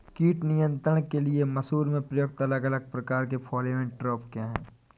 कीट नियंत्रण के लिए मसूर में प्रयुक्त अलग अलग प्रकार के फेरोमोन ट्रैप क्या है?